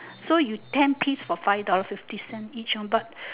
so you ten piece for five dollar fifty cents one but